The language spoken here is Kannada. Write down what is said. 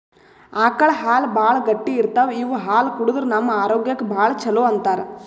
ಆಕಳ್ ಹಾಲ್ ಭಾಳ್ ಗಟ್ಟಿ ಇರ್ತವ್ ಇವ್ ಹಾಲ್ ಕುಡದ್ರ್ ನಮ್ ಆರೋಗ್ಯಕ್ಕ್ ಭಾಳ್ ಛಲೋ ಅಂತಾರ್